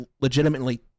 legitimately